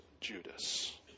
Judas